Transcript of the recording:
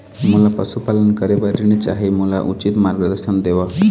मोला पशुपालन करे बर ऋण चाही, मोला उचित मार्गदर्शन देव?